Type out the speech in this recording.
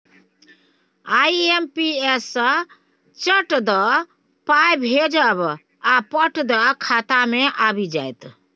IMPS सँ चट दअ पाय भेजब आ पट दअ खाता मे आबि जाएत